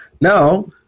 Now